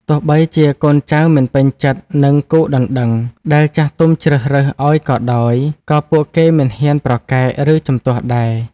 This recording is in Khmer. ទោះបីជាកូនចៅមិនពេញចិត្តនឹងគូដណ្តឹងដែលចាស់ទុំជ្រើសរើសឱ្យក៏ដោយ ក៏ពួកគេមិនហ៊ានប្រកែក ឬជំទាស់ដែរ។